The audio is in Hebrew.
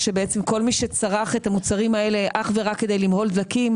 ויש דברים שאתם עושים וההיגיון שלי לא מצליח לתפוס למה אתם מתכוונים.